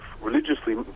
religiously